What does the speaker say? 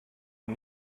und